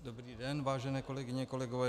Dobrý den, vážené kolegyně, kolegové.